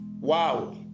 Wow